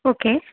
okay